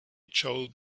told